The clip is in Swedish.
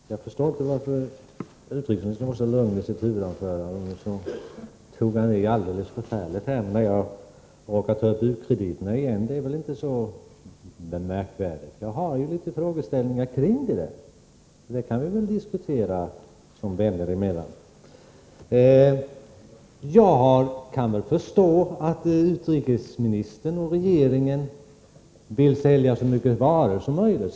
Fru talman! Jag förstår inte varför utrikesministern var så lugn i sitt huvudanförande men sedan tog i alldeles förfärligt när jag råkade nämna u-krediterna igen. Det är väl inte så märkvärdigt. Jag har frågeställningar kring detta. Det kan vi debattera som vänner emellan. Jag kan väl förstå att utrikesministern och regeringen vill sälja så mycket svenska varor som möjligt.